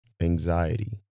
anxiety